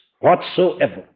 whatsoever